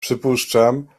przypuszczam